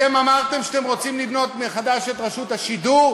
אתם אמרתם שאתם רוצים לבנות מחדש את רשות השידור,